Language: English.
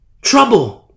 Trouble